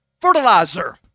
fertilizer